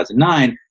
2009